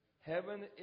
Heaven